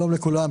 שלום לכולם,